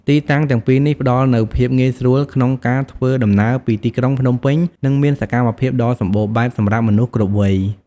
ទីតាំងទាំងពីរនេះផ្តល់នូវភាពងាយស្រួលក្នុងការធ្វើដំណើរពីទីក្រុងភ្នំពេញ និងមានសកម្មភាពដ៏សម្បូរបែបសម្រាប់មនុស្សគ្រប់វ័យ។